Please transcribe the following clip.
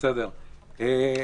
א',